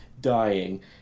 dying